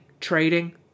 trading